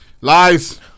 Lies